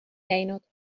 käinud